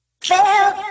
fail